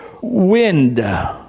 wind